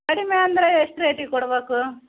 ಕಡಿಮೆ ಅಂದರೆ ಎಷ್ಟು ರೇಟಿಗೆ ಕೊಡ್ಬೇಕು